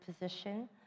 position